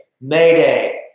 mayday